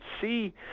see